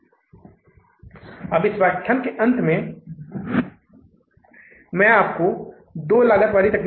और इस कॉलम को क्रेडिट कॉलम कहा जाता है जिसे हम CR की मदद से इंगित करते हैं जो क्रेडिट है इसलिए ये दो कॉलम हैं